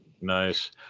Nice